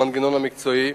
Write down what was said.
המנגנון המקצועי,